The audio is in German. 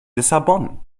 lissabon